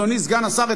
אדוני סגן השר,